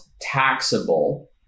taxable